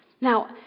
Now